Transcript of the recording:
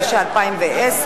התש"ע 2010,